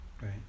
right